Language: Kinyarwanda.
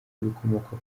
ibikomoka